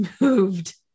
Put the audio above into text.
moved